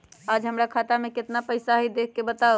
आज हमरा खाता में केतना पैसा हई देख के बताउ?